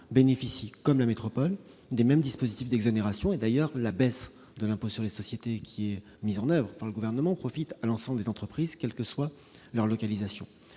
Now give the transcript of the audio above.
bénéficient, comme la métropole, des mêmes dispositifs d'exonération. La baisse de l'impôt sur les sociétés mise en oeuvre par le Gouvernement profite d'ailleurs à l'ensemble des entreprises, quelle que soit leur localisation.